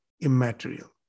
immaterial